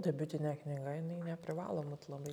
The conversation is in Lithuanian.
debiutinė knyga jinai neprivalo būt labai